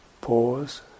Pause